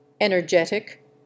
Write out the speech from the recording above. energetic